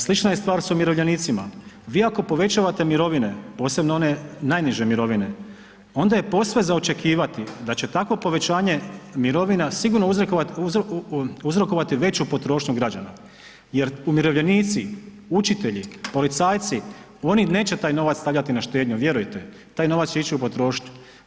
Slična je stvar s umirovljenicima, vi ako povećavate mirovine, posebno one najniže mirovine, onda je posve za očekivati da će takvo povećanje mirovina sigurno uzrokovati veću potrošnju građana jer umirovljenici, učitelji, policajci oni neće taj novac stavljati na štednju, vjerujte, taj novac će ići u potrošnju.